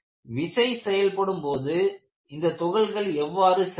விசை செயல்படும் போது இந்த துகள்கள் எவ்வாறு செயல்படும்